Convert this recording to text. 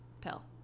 Pill